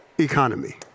economy